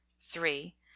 Three